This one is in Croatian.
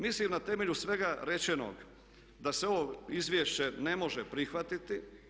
Mislim na temelju svega rečenog da se ovo izvješće ne može prihvatiti.